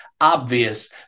obvious